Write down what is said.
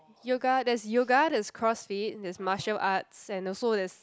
yoga there's yoga there's crossfit there's martial arts and also there's